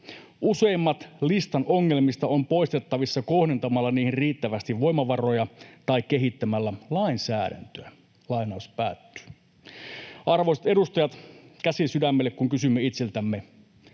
”Useimmat listan ongelmista on poistettavissa kohdentamalla niihin riittävästi voimavaroja tai kehittämällä lainsäädäntöä.” Arvoisat edustajat! Käsi sydämelle, kun kysymme itseltämme,